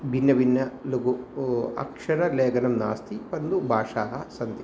भिन्नभिन्नलघु उ अक्षरलेखनं नास्ति परन्तु भाषाः सन्ति